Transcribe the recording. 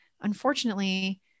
unfortunately